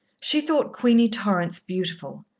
she thought queenie torrance beautiful,